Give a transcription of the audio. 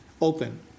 open